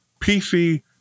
PC